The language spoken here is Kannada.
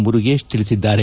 ಮುರುಗೇಶ್ ತಿಳಿಸಿದ್ದಾರೆ